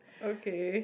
okay